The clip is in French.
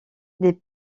des